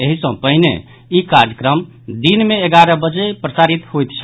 एहि सँ पहिने ई कार्यक्रम दिन मे ग्यारह बजे प्रसारित होयत छल